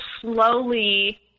slowly